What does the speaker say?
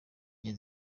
njye